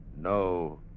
no